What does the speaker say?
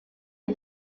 est